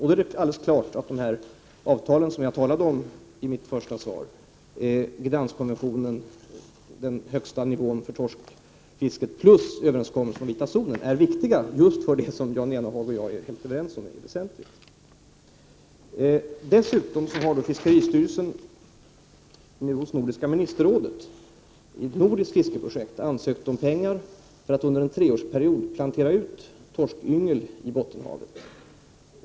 Det är alldeles klart att de avtal som jag talade om i mitt första svar, Gdanskkonventionen, den högsta nivån på fisket plus överenskommelsen om vita zonen, är viktiga just för det som Jan Jennehag och jag är överens om är det väsentligaste. Dessutom har fiskeristyrelsen hos Nordiska ministerrådet ansökt om pengar till ett nordiskt fiskeprojekt för att under en treårsperiod plantera ut torskyngel i Bottenhavet.